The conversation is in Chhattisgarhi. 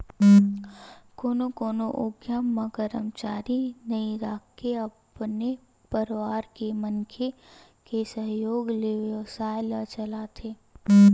कोनो कोनो उद्यम म करमचारी नइ राखके अपने परवार के मनखे के सहयोग ले बेवसाय ल चलाथे